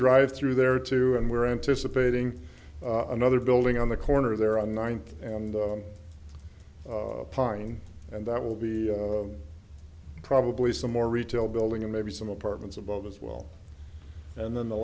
drive through there too and we're anticipating another building on the corner there on ninth and pine and that will be probably some more retail building and maybe some apartments above it well and then the